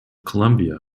colombia